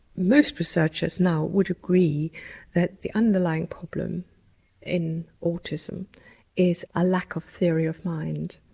most researchers now would agree that the underlying problem in autism is a lack of theory of mind.